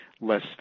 less